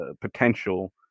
potential